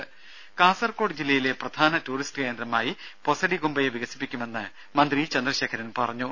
ദര കാസർഗോഡ് ജില്ലയിലെ പ്രധാന ടൂറിസ്റ്റ് കേന്ദ്രമായി പൊസഡിഗുംബയെ വികസിപ്പിക്കുമെന്ന് മന്ത്രി ഇ ചന്ദ്രശേഖരൻ പറഞ്ഞു